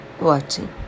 watching